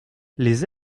les